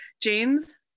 James